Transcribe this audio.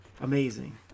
Amazing